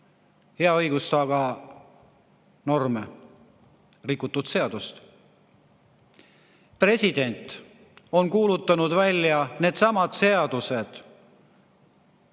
hea õigus[loome] norme, rikutud seadust. President on kuulutanud needsamad seadused